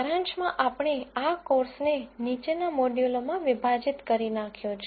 સારાંશમાં આપણે આ કોર્સને નીચેના મોડ્યુલોમાં વિભાજીત કરી નાખ્યો છે